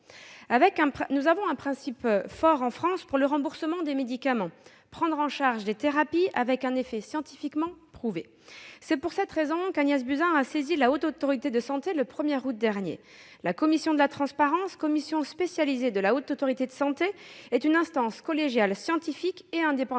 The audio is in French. Nous avons un principe fort en France pour le remboursement des médicaments : prendre en charge les thérapies avec un effet scientifiquement prouvé. C'est pour cette raison qu'Agnès Buzyn a saisi la Haute Autorité de santé le 1 août dernier. La commission de la transparence, commission spécialisée de la Haute Autorité de santé, est une instance collégiale scientifique et indépendante